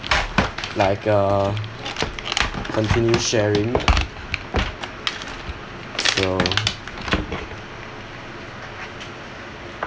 like uh continue sharing so